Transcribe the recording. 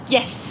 Yes